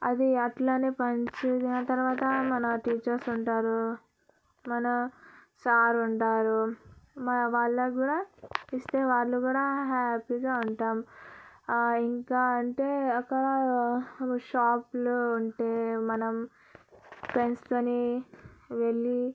అది అట్లానే పంచిన తర్వాత మన టీచర్స్ ఉంటారు మన సార్ ఉంటారు మరి వాళ్ల కూడా ఇస్తే వాళ్లు కూడా హ్యాపీగా ఉంటాం ఇంకా అంటే అక్కడ ఒక షాప్లో ఉంటే మనం ఫ్రెండ్స్ తోని వెళ్లి